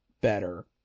better